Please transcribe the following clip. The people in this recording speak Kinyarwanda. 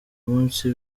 munsi